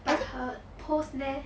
but her post there